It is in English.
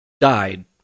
died